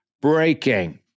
breaking